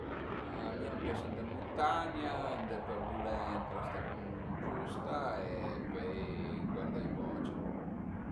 A mi m'pias andé ën muntagna, andé për bulé ënt la stagiun giüsta e pöi guardé i bocia